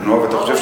נכון.